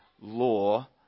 law